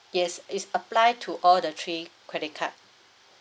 yes it's apply to all the three credit card